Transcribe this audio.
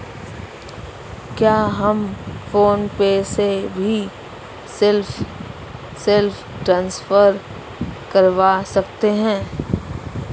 क्या हम PhonePe से भी सेल्फ ट्रांसफर करवा सकते हैं?